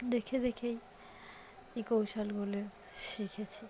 দেখে দেখেই এই কৌশলগুলো শিখেছি